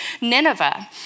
Nineveh